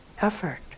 effort